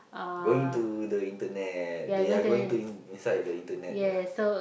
going to the Internet they are going to inside the Internet ya